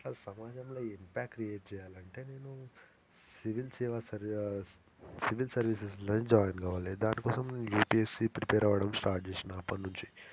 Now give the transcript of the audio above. అట్లా సమాజంలో impact create చేయాలి అంటే నేను సివిల్ సేవ సివిల్ సర్వీసెస్లో జాయిన్ కావాలి దానికోసం యూపీఎస్సీ ప్రిపేర్ అవడం స్టార్ట్ చేసాను అప్పటి నుంచి